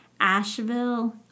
Asheville